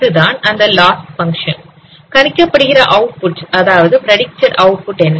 இதுதான் அந்த loss function கணிக்கப்படுகிற அவுட்புட் அதாவது பிரடிக்டட் அவுட்புட் என்ன